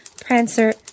Prancer